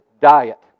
diet